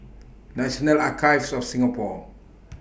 National Archives of Singapore